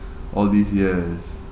all these years